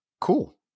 cool